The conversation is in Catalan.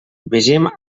vegem